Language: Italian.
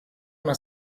una